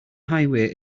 highway